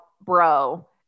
bro